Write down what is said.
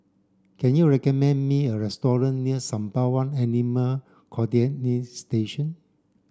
can you recommend me a restaurant near Sembawang Animal Quarantine Station